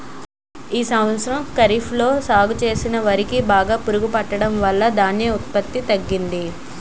ఈ సంవత్సరం ఖరీఫ్ లో సాగు చేసిన వరి కి బాగా పురుగు పట్టడం వలన ధాన్యం ఉత్పత్తి తగ్గింది